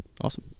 awesome